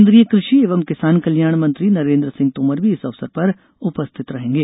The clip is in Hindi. केंद्रीय कृषि एवं किसान कल्याण मंत्री नरेंद्र सिंह तोमर भी इस अवसर पर उपस्थित रहेंगे